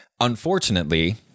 unfortunately